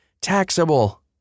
taxable